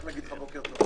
רק להגיד לך בוקר טוב.